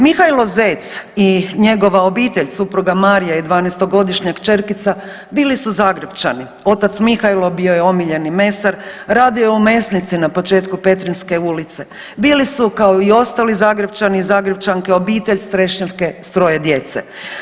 Mihajlo Zec i njegova obitelj, supruga Marija i 12-godišnja kćerkica bili su Zagrepčani, otac Mihajlo bio je omiljeni mesar, radio je u mesnici na početku Petrinjske ulice, bili su kao i ostali Zagrepčani i Zagrepčanke obitelj s Trešnjevke s troje djece.